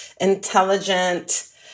intelligent